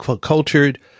cultured